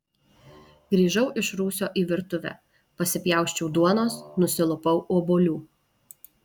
grįžau iš rūsio į virtuvę pasipjausčiau duonos nusilupau obuolių